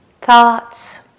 thoughts